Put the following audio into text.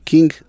King